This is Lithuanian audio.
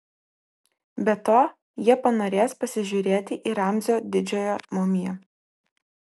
be to jie panorės pasižiūrėti į ramzio didžiojo mumiją